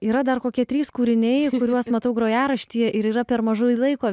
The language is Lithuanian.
yra dar kokie trys kūriniai kuriuos matau grojaraštyje ir yra per mažai laiko